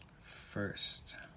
first